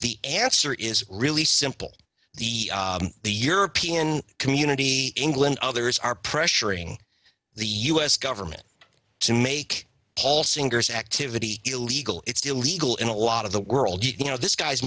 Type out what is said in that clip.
the answer is really simple the the european community others are pressuring the u s government to make all singers activity illegal it's illegal in a lot of the world you know this guy's